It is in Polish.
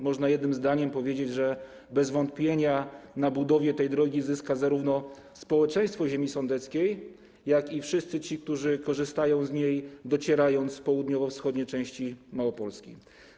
Można jednym zdaniem powiedzieć, że bez wątpienia na budowie tej drogi zyska zarówno społeczeństwo ziemi sądeckiej, jak i wszyscy ci, którzy korzystają z niej, docierając z południowo-wschodniej części Małopolski.